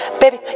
baby